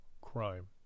crime